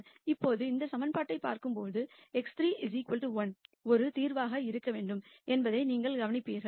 இப்போது இந்த சமன்பாட்டைப் பார்க்கும்போது x3 1 ஒரு தீர்வாக இருக்க வேண்டும் என்பதை நீங்கள் கவனிப்பீர்கள்